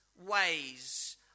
ways